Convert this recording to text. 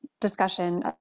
discussion